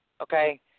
okay